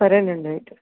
సరే అండి అయితే